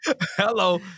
Hello